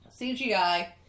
CGI